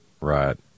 Right